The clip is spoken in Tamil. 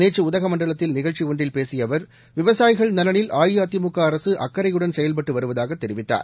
நேற்றஉதகமண்டலத்தில் நிகழ்ச்சிஒன்றில் பேசியஅவர் விவசாயிகள் நலனில் அஇஅதிமுகஅரசுஅக்கறையுடன் செயல்பட்டுவருவதாகதெரிவித்தார்